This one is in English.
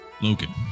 Logan